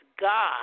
God